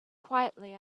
quietly